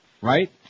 Right